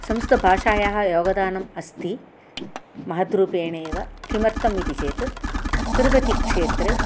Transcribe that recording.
संसुतभाषायाः योगदानम् अस्ति महत् रूपेण एव किमर्थम् इति चेत् तिरुपतिक्षेत्रे